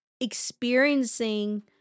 experiencing